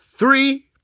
Three